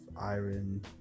iron